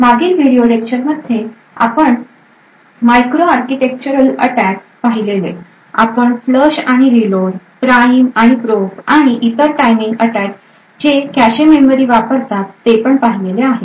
मागील व्हिडिओ लेक्चरमध्ये आपण मायक्रो आर्किटेक्चरल अटॅक पाहिलेले आपण फ्लश आणि रीलोड प्राईम आणि प्रोब आणि इतर टायमिंग अटॅच जे कॅशे मेमरी वापरतात ते पण पाहिलेले आहेत